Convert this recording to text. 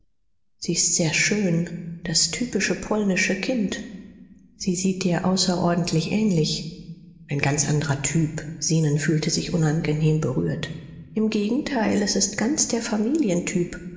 sie ist sehr schön das typische polnische kind sie steht dir außerordentlich ähnlich ein ganz anderer typ zenon fühlte sich unangenehm berührt im gegenteil es ist ganz der